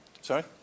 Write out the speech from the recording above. Sorry